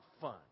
fun